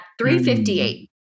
3.58